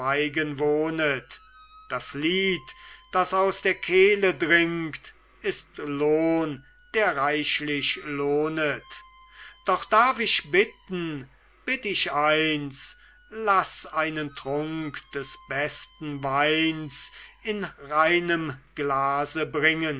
wohnet das lied das aus der kehle dringt ist lohn der reichlich lohnet doch darf ich bitten bitt ich eins laß einen trunk des besten weins in reinem glase bringen